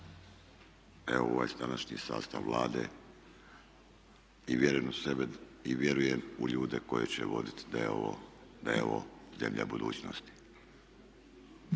evo u ovaj današnji sastav Vlade i vjerujem u sebe i vjerujem u ljude koji će voditi da je ovo zemlja budućnosti.